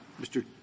Mr